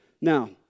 Now